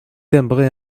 timbré